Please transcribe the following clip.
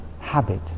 habit